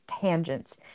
tangents